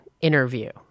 interview